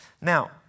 Now